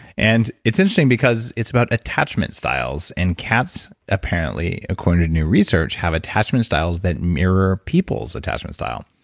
and it's interesting because it's about attachment styles. and cats apparently according to new research, have attachment styles that mirror people's attachment style.